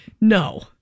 No